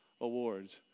awards